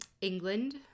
England